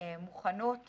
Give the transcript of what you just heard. מוכנות בחקיקה,